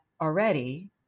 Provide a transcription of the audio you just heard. already